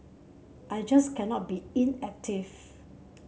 I just cannot be inactive